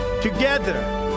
Together